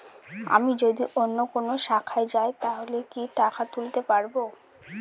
আমি যদি অন্য কোনো শাখায় যাই তাহলে কি টাকা তুলতে পারব?